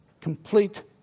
complete